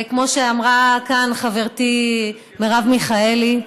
כמו שאמרה כאן חברתי מרב מיכאלי,